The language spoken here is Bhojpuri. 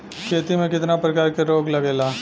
खेती में कितना प्रकार के रोग लगेला?